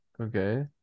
Okay